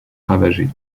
ravagée